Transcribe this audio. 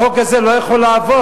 החוק הזה לא יכול לעבור,